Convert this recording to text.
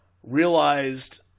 realized